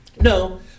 No